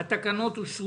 הצבעה התקנות אושרו.